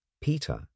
Peter